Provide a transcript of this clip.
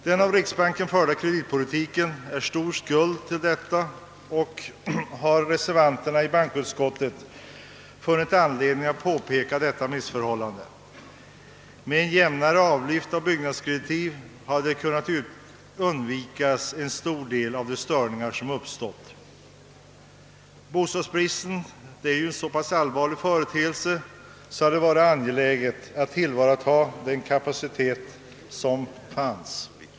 Den av riksbanken förda kreditpolitiken är stor skuld till detta och reservanterna i bankoutskottet har funnit anledning att påpeka detta missförhållande. Med ett jämnare avlyft av byggnadskreditiv hade en stor del av de störningar som uppstått kunnat undvikas. Bostadsbristen är en så allvarlig företeelse att det hade varit angeläget att tillvarataga den kapacitet som fanns.